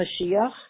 Mashiach